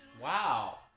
Wow